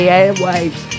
airwaves